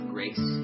Grace